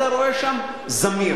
אתה רואה שם "זמיר".